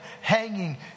hanging